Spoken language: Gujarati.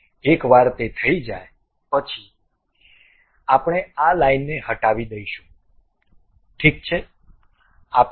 એકવાર તે થઈ જાય પછી આપણે આ લાઇનને હટાવી દઈશું ઠીક છે